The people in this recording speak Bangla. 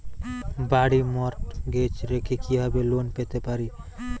বাড়ি মর্টগেজ রেখে কিভাবে লোন পেতে পারি?